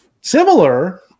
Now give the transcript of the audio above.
similar